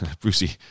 Brucey